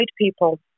people